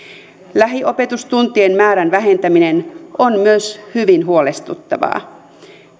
lähiopetustuntien määrän vähentäminen on myös hyvin huolestuttavaa